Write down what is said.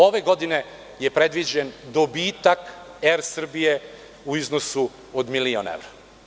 Ove godine je predviđen dobitak „Er Srbije“ u iznosu od milion evra.